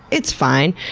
it's fine.